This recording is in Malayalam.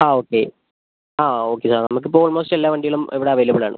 ആ ഓക്കെ ആ ഓക്കെ നമുക്ക് ഇപ്പോൾ ഓൾമോസ്റ്റ് എല്ലാ വണ്ടികളും ഇവിടെ അവൈലബിൾ ആണ്